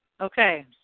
Okay